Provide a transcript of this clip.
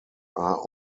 are